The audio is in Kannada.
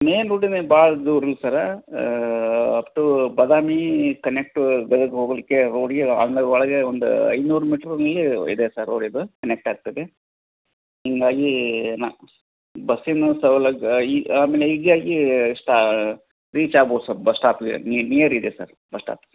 ಮೇಯ್ನ್ ರೋಡು ನಿಮ್ಗ ಭಾಳ ದೂರಿಲ್ಲ sir up to Badami connect direct ಹೋಗಲಿಕ್ಕೆ ರೋಡಿಗೆ ಆಮೇಲೆ ಒಳಗೆ ಒಂದು ಐನೂರು ಮೀಟ್ರು ಮುಂದೆ ಇದೆ ಸರ್ ರೋಡಿದು ಕನೆಕ್ಟ್ ಆಗ್ತದೆ ಹಿಂಗಾಗಿ ನಾ ಬಸ್ಸಿನ ಸೌಲಭ್ಯ ಈ ಆಮೇಲೆ ಹೀಗಾಗಿ ಸ್ಟಾ ರೀಚ್ ಆಗ್ಬೋದು ಸರ್ ಬಸ್ ಸ್ಟಾಪ್ಗೆ ನಿಯರ್ ಇದೆ ಸರ್ ಬಸ್ ಸ್ಟಾಪ್